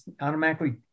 automatically